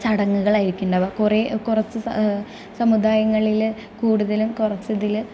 ചടങ്ങുകളായിരിക്കും ഉണ്ടാവുക കുറേ കുറച്ച് സമുദായങ്ങളിൽ കൂടുതലും കുറച്ച് അതിൽ